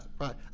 right